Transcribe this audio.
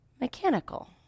mechanical